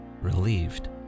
relieved